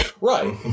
Right